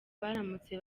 baramutse